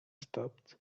stopped